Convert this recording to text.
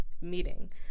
meeting